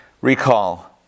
recall